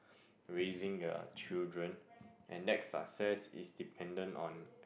raising uh children and that success is dependent on